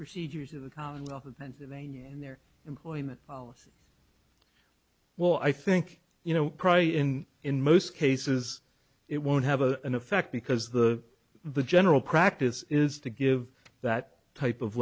procedures of the commonwealth of pennsylvania and their employment policy well i think you know cry in in most cases it won't have a an effect because the the general practice is to give that type of